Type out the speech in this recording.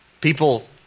people